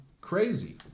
crazy